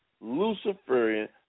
Luciferian